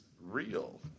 real